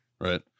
right